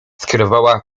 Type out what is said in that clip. skierowała